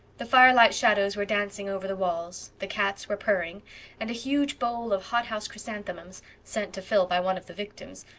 the firelight shadows were dancing over the walls the cats were purring and a huge bowl of hothouse chrysanthemums, sent to phil by one of the victims,